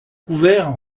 couvert